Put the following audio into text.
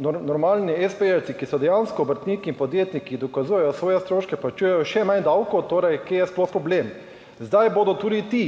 normalni espejevci, ki so dejansko obrtniki in podjetniki, ki dokazujejo svoje stroške, plačujejo še manj davkov. Torej, kje je sploh problem. Zdaj bodo tudi ti,